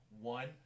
one